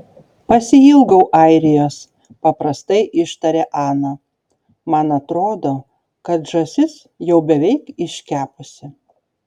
pasiilgau airijos paprastai ištarė ana man atrodo kad žąsis jau beveik iškepusi